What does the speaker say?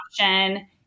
option